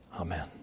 amen